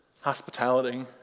Hospitality